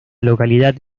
localidad